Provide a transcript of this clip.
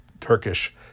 Turkish